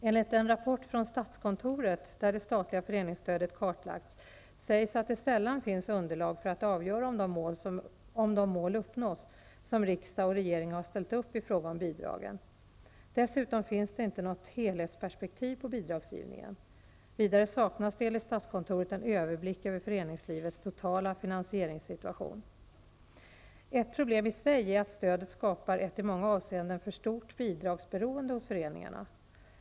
Enligt en rapport från statskontoret, där det statliga föreningsstödet kartlagts, sägs att det sällan finns underlag för att avgöra om de mål uppnås som riksdag och regering har ställt upp i fråga om bidragen. Dessutom finns det inte något helhetsperspektiv på bidragsgivningen. Vidare saknas det enligt statskontoret en överblick över föreningslivets totala finansieringssituation. Ett problem i sig är att stödet skapar ett i många avseenden för stort bidragsberoende hos föreningarna.